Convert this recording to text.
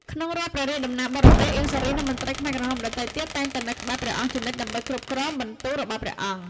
ក្នុងរាល់ព្រះរាជដំណើរបរទេស អៀង សារី និងមន្ត្រីខ្មែរក្រហមដទៃទៀត តែងតែនៅក្បែរព្រះអង្គជានិច្ចដើម្បីគ្រប់គ្រងបន្ទូលរបស់ព្រះអង្គ។